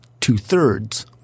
two-thirds